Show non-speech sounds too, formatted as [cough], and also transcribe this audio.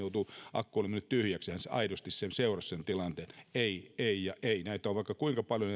akku oli mennyt tyhjäksi ja hän aidosti seurasi sen tilanteen ei ei ja ei näitä kurjia esimerkkejä on vaikka kuinka paljon [unintelligible]